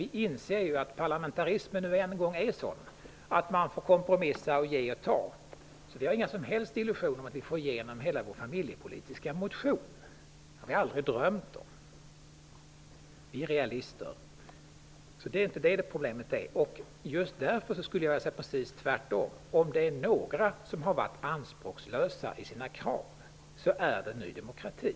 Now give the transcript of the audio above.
Vi inser att parlamentarismen nu en gång är sådan att man får kompromissa och ge och ta, så vi har inga som helst illusioner om att få igenom hela vår familjepolitiska motion. De har vi aldrig drömt om. Vi är realister. Det är inte det som är problemet. Just därför skulle jag vilja säga precis tvärtom: Om det är något parti som har varit anspråkslöst i sina krav så är det Ny demokrati.